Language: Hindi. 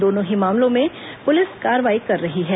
दोनों मामलों में पुलिस कार्रवाई कर रही है